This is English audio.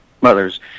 mothers